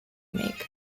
make